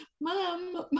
mom